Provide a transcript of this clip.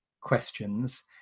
questions